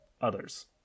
others